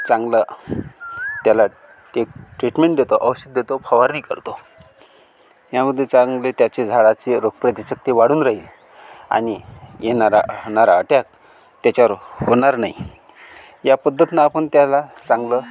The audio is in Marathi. चांगलं त्याला एक ट्रीटमेंट देतो औषध देतो फवारणी करतो यामध्ये चांगले त्याचे झाडाचे रोग प्रति शक्ती वाढून राहील आणि येणारा होणारा अटॅक त्याच्यावर होणार नाही या पद्धतीनं आपण त्याला चांगलं